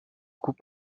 coupe